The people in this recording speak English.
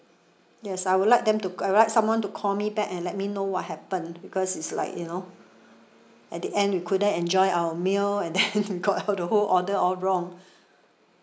yes I would like them to I'd like someone to call me back and let me know what happened because it's like you know at the end we couldn't enjoy our meal and then got out the whole order all wrong